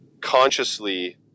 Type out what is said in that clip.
consciously